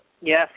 Yes